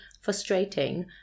frustrating